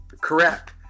Correct